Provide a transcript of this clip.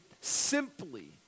simply